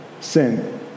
sin